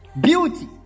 beauty